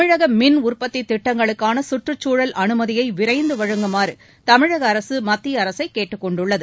தமிழக மின் உற்பத்தி திட்டங்களுக்கான சுற்றுச்சூழல் அனுமதியை விரைந்து வழங்குமாறு தமிழக அரசு மத்திய அரசைக் கேட்டுக் கொண்டுள்ளது